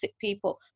people